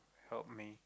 help me